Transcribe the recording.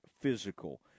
physical